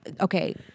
okay